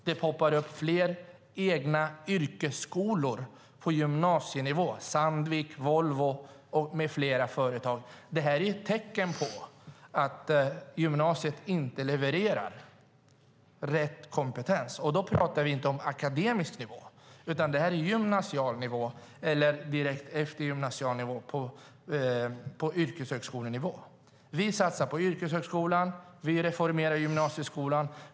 Det poppar upp fler egna yrkesskolor på gymnasienivå. Det gäller Sandvik, Volvo med flera företag. Det är ett tecken på att gymnasiet inte levererar rätt kompetens. Vi talar inte om på akademisk nivå utan på gymnasienivå eller direkt efter, på yrkeshögskolenivå. Vi satsar på yrkeshögskolan. Vi reformerar gymnasieskolan.